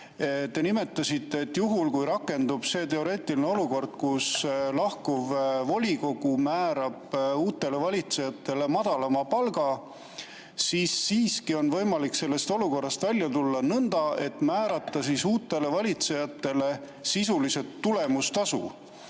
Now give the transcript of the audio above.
Te nimetasite, et juhul kui rakendub see teoreetiline [võimalus], et lahkuv volikogu määrab uutele valitsejatele madalama palga, siis on võimalik sellest olukorrast välja tulla nõnda, et määrata uutele valitsejatele sisuliselt tulemustasu.